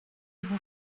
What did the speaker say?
vous